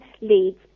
leads